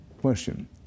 Question